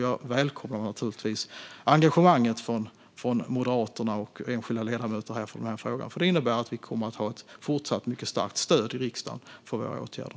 Jag välkomnar naturligtvis engagemanget från Moderaterna och enskilda ledamöter i frågan, för det innebär att vi kommer att ha ett fortsatt mycket starkt stöd i riksdagen för våra åtgärder.